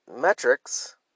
Metrics